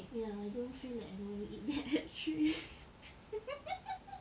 ya I don't feel like going to eat that at three